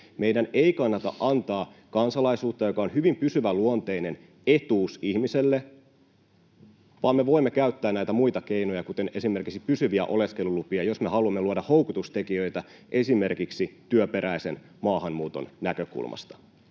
Meidän ei kannata antaa kansalaisuutta, joka on hyvin pysyväluonteinen etuus ihmiselle, vaan me voimme käyttää näitä muita keinoja, kuten esimerkiksi pysyviä oleskelulupia, jos me haluamme luoda houkutustekijöitä esimerkiksi työperäisen maahanmuuton näkökulmasta.